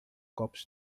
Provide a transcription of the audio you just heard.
copos